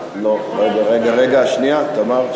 רגע, שנייה, תמר.